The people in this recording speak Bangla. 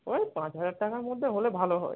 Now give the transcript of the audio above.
ওই পাঁচ হাজার টাকার মধ্যে হলে ভালো হয়